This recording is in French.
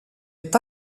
est